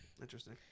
Interesting